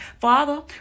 Father